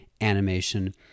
animation